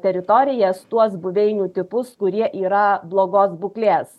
teritorijas tuos buveinių tipus kurie yra blogos būklės